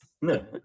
No